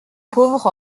pauvre